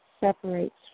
separates